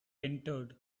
entered